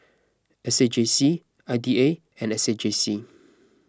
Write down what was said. S A J C I D A and S A J C